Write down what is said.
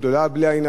בלי עין הרע,